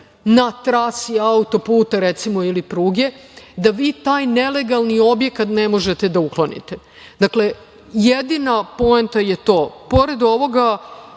na trasi auto-puta ili pruge, da vi taj nelegalni objekat ne možete da uklonite. Jedina poenta je to. Pored ovoga,